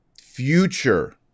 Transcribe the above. Future